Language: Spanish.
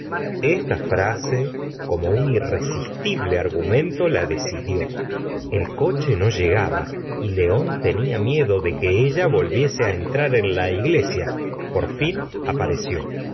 esta frase como un irresistible argumento la decidió el coche no llegaba y león tenia miedo de que ella volviese á entrar en la iglesia por fin apareció